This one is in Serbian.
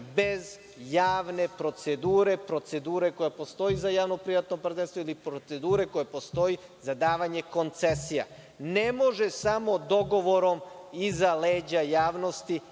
bez javne procedure, procedure koja stoji iza javno-privatnog partnerstva ili procedure koja postoji za davanje koncesija. Ne može samo dogovorom iza leđa javnosti